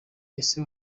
ese